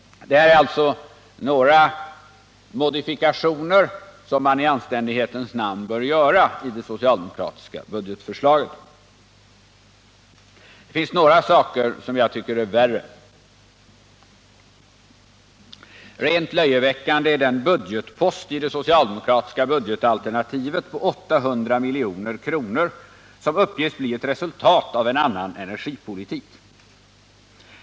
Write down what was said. Detta är några modifikationer som man i anständighetens namn bör göra i det socialdemokratiska budgetförslaget. Det finns emellertid några saker som jag tycker är värre. Rent löjeväckande är den budgetpost i det socialdemokratiska budgetalternativet på 800 milj.kr. som uppges bli ett resultat av en annan energipolitik.